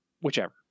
Whichever